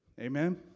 Amen